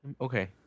Okay